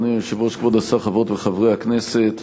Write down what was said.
אדוני היושב-ראש, כבוד השר, חברות וחברי הכנסת,